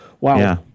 Wow